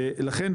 לכן,